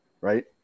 right